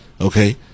okay